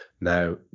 Now